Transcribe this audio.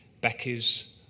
Becky's